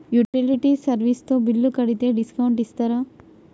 Utility service తో bill కడితే discount ఇస్తరా?